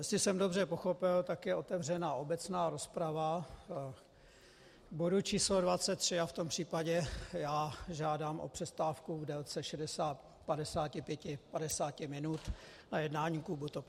Jestli jsem dobře pochopil, je otevřena obecná rozprava k bodu číslo 23 a v tom případě já žádám o přestávku v délce 60, 55, 50 minut na jednání klubu TOP 09.